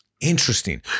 Interesting